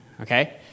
okay